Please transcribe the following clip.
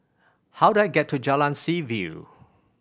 how do I get to Jalan Seaview